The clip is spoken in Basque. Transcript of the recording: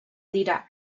dira